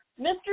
mr